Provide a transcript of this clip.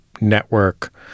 network